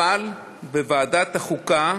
אבל בוועדת החוקה,